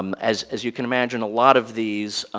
um as as you can imagine. a lot of these